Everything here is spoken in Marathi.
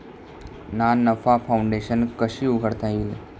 ना नफा फाउंडेशन कशी उघडता येईल?